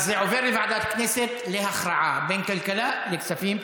אז זה עובר לוועדת הכנסת להכרעה בין כלכלה לכספים,